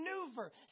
maneuver